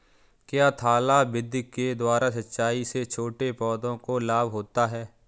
क्या थाला विधि के द्वारा सिंचाई से छोटे पौधों को लाभ होता है?